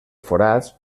forats